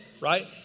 right